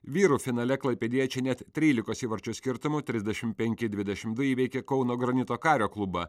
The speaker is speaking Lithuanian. vyrų finale klaipėdiečiai net trylikos įvarčių skirtumu trisdešim penki dvidešimt du įveikė kauno granito kario klubą